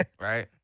Right